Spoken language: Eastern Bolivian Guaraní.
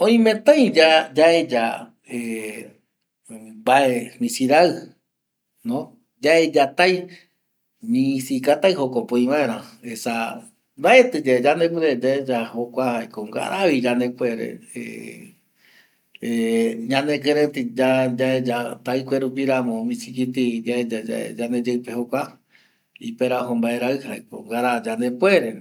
﻿Oimetai ya yaeya mbae misirai no yaeyatai misikatai jokope oï vaera, esa mbaetiyae yandepuere yaeya jokua jaeko ngaravi yandepuere ñanekireitei yaeya taikue rupiramo misikiti yaeyayae yandeyeipe jokua iperajo mbaerai jaeko ngara yandepuere